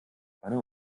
spanne